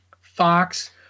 Fox